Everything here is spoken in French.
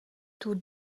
tous